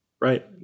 Right